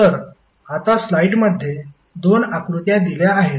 तर आता स्लाइडमध्ये दोन आकृत्या दिल्या आहेत